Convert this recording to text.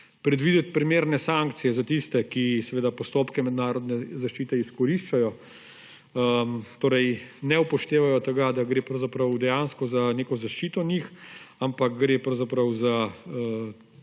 predvideti primerne sankcije za tiste, ki seveda postopke mednarodne zaščite izkoriščajo. Torej ne upoštevajo tega, da gre dejansko za neko zaščito njih, ampak gre pravzaprav v